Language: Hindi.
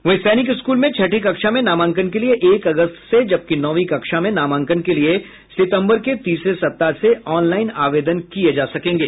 वहीं सैनिक स्कूल में छठी कक्षा में नामांकन के लिये एक अगस्त से जबकि नौवीं कक्षा में नामांकन के लिये सितंबर के तीसरे सप्ताह से ऑनलाइन आवेदन किये जा सकेंगे